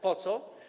Po co?